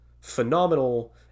phenomenal